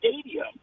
Stadium